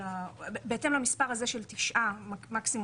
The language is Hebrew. בהתאם למספר הזה של 9 מקסימום,